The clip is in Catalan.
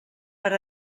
per